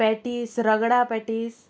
patties ragda patties